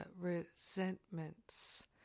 resentments